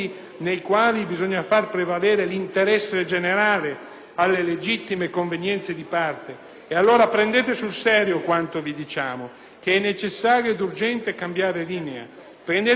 E allora, prendete sul serio quanto vi diciamo, cioè che è necessario ed urgente cambiare linea; prendeteci sul serio quando vi diciamo che dobbiamo estendere la copertura assicurativa dal rischio di disoccupazione,